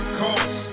cost